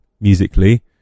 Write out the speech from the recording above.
musically